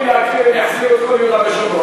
הם יחזירו את כל יהודה ושומרון.